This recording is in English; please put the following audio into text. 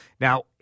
Now